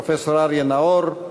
פרופסור אריה נאור,